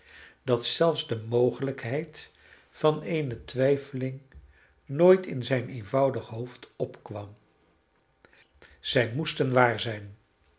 dat zelfs de mogelijkheid van eene twijfeling nooit in zijn eenvoudig hoofd opkwam zij moesten waar zijn